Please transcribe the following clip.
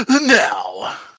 Now